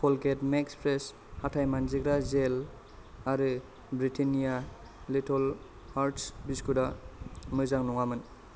Colgate max fresh हाथाय मानजिग्रा gel आरो ब्रिटेन्निया लिटल हार्टस बिस्कुटआ मोजां नङामोन